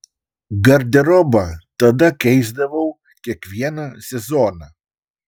garderobą tada keisdavau kiekvieną sezoną